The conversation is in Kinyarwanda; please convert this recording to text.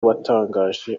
watangaje